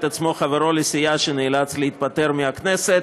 עצמו חברו לסיעה שנאלץ להתפטר מהכנסת.